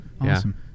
Awesome